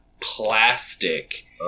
plastic